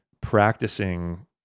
practicing